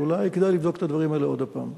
שאולי כדאי לבדוק את הדברים האלה עוד הפעם.